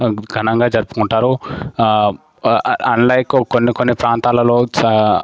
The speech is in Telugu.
ఘనంగా జరుపుకుంటారు అండ్ల కొన్ని కొన్ని ప్రాంతాలలో చా